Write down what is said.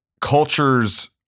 culture's